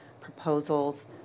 proposals